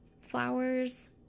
flowers